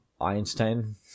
einstein